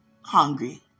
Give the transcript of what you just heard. hungry